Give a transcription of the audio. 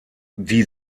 die